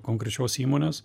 konkrečios įmonės